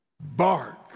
bark